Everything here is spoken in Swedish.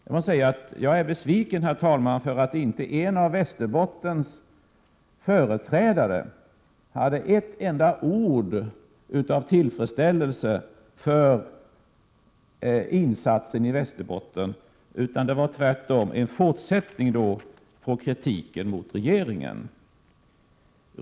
Jag måste säga: Jag är besviken, herr talman, för att inte en av Västerbottens företrädare yttrade ett enda ord av tillfredsställelse över insatsen i Västerbotten. Det var tvärtom en fortsättning på kritiken mot regeringen.